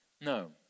No